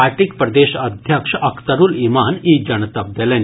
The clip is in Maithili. पार्टीक प्रदेश अध्यक्ष अख्तरूल इमान ई जनतब देलनि